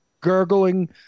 gurgling